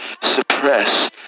suppress